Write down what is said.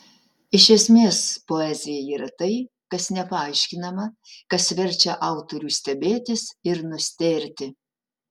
iš esmės poezija yra tai kas nepaaiškinama kas verčia autorių stebėtis ir nustėrti